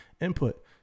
input